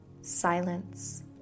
silence